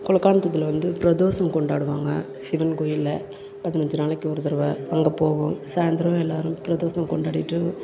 குலுக்கானத்தத்தில் வந்து பிரதோஷம் கொண்டாடுவாங்க சிவன் கோயிலில் பதினஞ்சு நாளைக்கு ஒரு தடவ அங்கே போவோம் சாயந்தரம் எல்லோரும் பிரதோஷம் கொண்டாடிவிட்டு